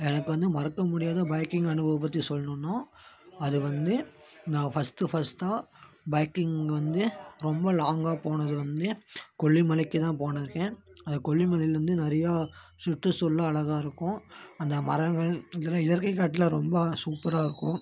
எனக்கு வந்து மறக்க முடியாத பைக்கிங் அனுபவம் பற்றி சொல்லணுன்னா அது வந்து நான் ஃபஸ்ட்டு ஃபஸ்ட்டாக பைக்கிங் வந்து ரொம்ப லாங்காக போனது வந்து கொல்லிமலைக்குதான் போயிருக்கேன் அந்த கொல்லிமலைலருந்து நிறையா சுற்றுசூழல்லாம் அழகாக இருக்கும் அந்த மரங்கள் இதெல்லாம் இயற்கை காட்டுலாம் ரொம்ப சூப்பராக இருக்கும்